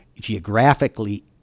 geographically